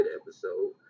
episode